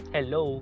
Hello